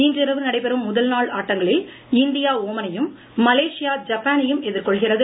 இன்றிரவு நடைபெறும் முதல்நாள் ஆட்டங்களில் இந்தியா ஒமனையும் மலேசியா ஜப்பானையும் எதிர்கொள்கிறது